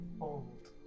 old